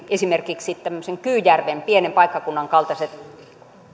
esimerkiksi tämmöisen kyyjärven pienen paikkakunnan kaltaiset